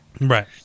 right